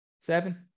Seven